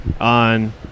on